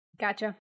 Gotcha